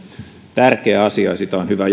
tärkeä asia ja sitä on hyvä